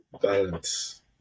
balance